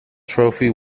trophy